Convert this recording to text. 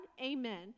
Amen